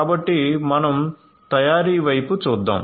కాబట్టి మనం తయారీ వైపు చూద్దాం